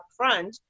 upfront